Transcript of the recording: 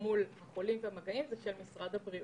מול החולים ומול המגעים זה של משרד הבריאות.